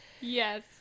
yes